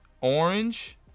orange